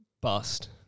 bust